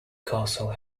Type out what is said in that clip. castle